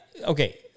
okay